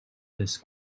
this